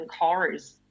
cars